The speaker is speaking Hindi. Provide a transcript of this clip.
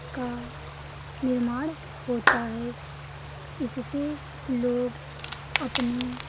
का निर्माण होता है इससे लोग अपने